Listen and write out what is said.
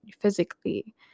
physically